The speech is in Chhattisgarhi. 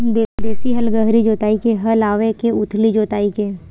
देशी हल गहरी जोताई के हल आवे के उथली जोताई के?